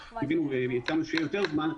הצענו שיהיה יותר זמן.